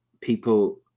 people